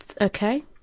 Okay